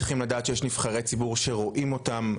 צריכים לדעת שיש נבחרי ציבור שרואים אותם,